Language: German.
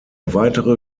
weitere